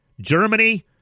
Germany